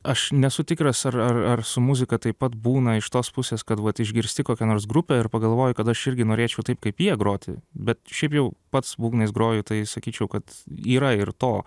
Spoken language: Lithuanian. aš nesu tikras ar ar ar su muzika taip pat būna iš tos pusės kad vat išgirsti kokią nors grupę ir pagalvoji kad aš čia irgi norėčiau taip kaip jie groti bet šiaip jau pats būgnais groju tai sakyčiau kad yra ir to